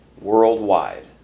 worldwide